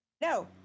No